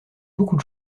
beaucoup